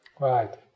Right